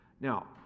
Now